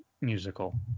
musical